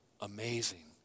amazing